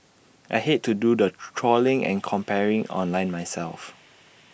I hate to do the trawling and comparing online myself